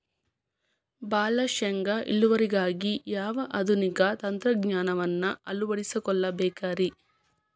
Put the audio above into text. ಭಾಳ ಶೇಂಗಾ ಇಳುವರಿಗಾಗಿ ಯಾವ ಆಧುನಿಕ ತಂತ್ರಜ್ಞಾನವನ್ನ ಅಳವಡಿಸಿಕೊಳ್ಳಬೇಕರೇ?